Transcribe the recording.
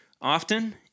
often